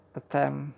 attempt